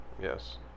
Yes